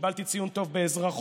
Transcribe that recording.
קיבלתי ציון טוב באזרחות,